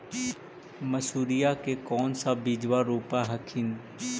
मसुरिया के कौन सा बिजबा रोप हखिन?